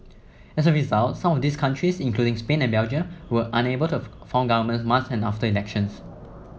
as a result some of these countries including Spain and Belgium were unable to form governments months after elections